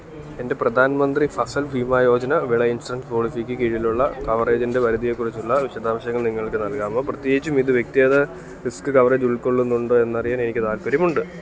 എൻ്റെ പ്രധാൻ മന്ത്രി ഫസൽ ഭീമ യോജന വിള ഇൻഷുറൻസ് പോളിസിക്ക് കീഴിലുള്ള കവറേജിൻ്റെ പരിധിയെ കുറിച്ചുള്ള വിശദാംശങ്ങൾ നിങ്ങൾക്ക് നൽകാമോ പ്രത്യേകിച്ചും ഇത് വ്യക്തിഗത റിസ്ക് കവറേജ് ഉൾക്കൊള്ളുന്നുണ്ടോ എന്നറിയാൻ എനിക്ക് താൽപ്പര്യമുണ്ട്